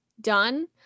done